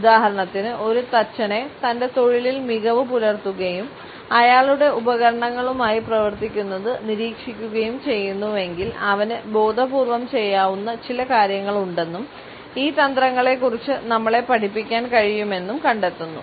ഉദാഹരണത്തിന് ഒരു തച്ചനെ തന്റെ തൊഴിലിൽ മികവു പുലർത്തുകയും അയാളുടെ ഉപകരണങ്ങളുമായി പ്രവർത്തിക്കുന്നത് നിരീക്ഷിക്കുകയും ചെയ്യുന്നുവെങ്കിൽ അവന് ബോധപൂർവ്വം ചെയ്യാവുന്ന ചില കാര്യങ്ങളുണ്ടെന്നും ഈ തന്ത്രങ്ങളെക്കുറിച്ച് നമ്മളെ പഠിപ്പിക്കാൻ കഴിയുമെന്നും കണ്ടെത്തുന്നു